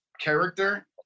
character